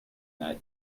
that